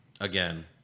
Again